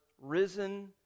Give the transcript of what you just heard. Risen